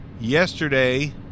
yesterday